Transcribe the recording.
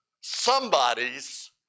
somebody's